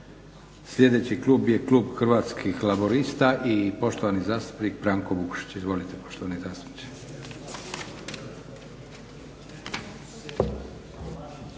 Sljedeći klub je klub Hrvatskih laburista i poštovani zastupnik Branko Vukšić. Izvolite poštovani zastupniče.